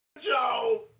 Joe